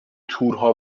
تورها